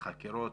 חקירות,